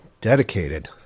Dedicated